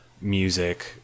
music